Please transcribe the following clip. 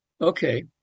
Okay